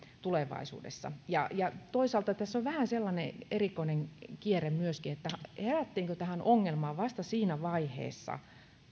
tulevaisuudessa toisaalta tässä on vähän sellainen erikoinen kierre myöskin että herättiinkö tähän ongelmaan vasta siinä vaiheessa